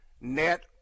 net